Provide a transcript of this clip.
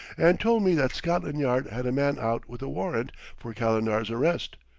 and told me that scotland yard had a man out with a warrant for calendar's arrest,